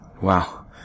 wow